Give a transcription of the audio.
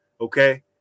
Okay